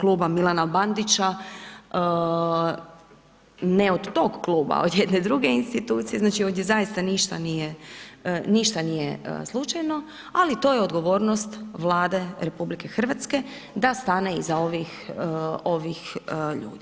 kluba Milana Bandića, ne od toga kluba, od jedne druge institucije, znači ovdje zaista ništa nije slučajno ali to je odgovornost Vlade RH da stane iza ovih ljudi.